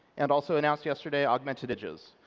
and also announced yesterday, augmented images.